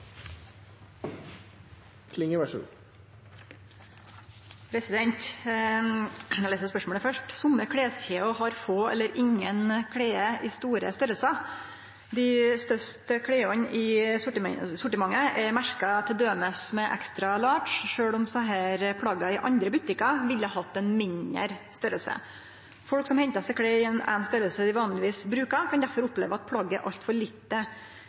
spørsmålet må utsettes til neste spørretime, da statsråden er bortreist. «Somme kleskjeder har få eller ingen klede i store storleikar. Dei største kleda i sortimentet er merka til dømes XL, sjølv om desse plagga i andre butikkar ville hatt ein mindre storleik. Folk som hentar seg klede i ein storleik dei vanlegvis brukar, kan difor oppleve at plagget er altfor lite.